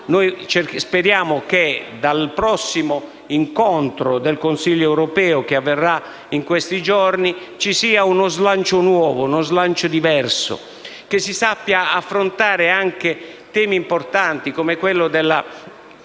noi speriamo che dal prossimo incontro del Consiglio europeo, che avverrà in questi giorni, venga uno slancio nuovo, uno slancio diverso, e che si sappiano affrontare anche temi importanti come quello della